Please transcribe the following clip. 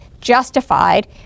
justified